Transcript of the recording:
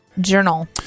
journal